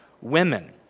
women